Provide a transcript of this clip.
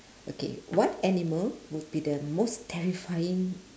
okay what animal would be the most terrifying